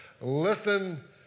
Listen